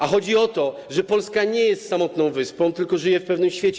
A chodzi o to, że Polska nie jest samotną wyspą, tylko żyje w pewnym świecie.